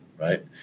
right